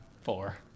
Four